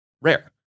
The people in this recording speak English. rare